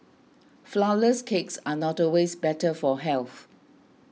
Flourless Cakes are not always better for health